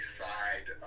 side